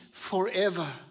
Forever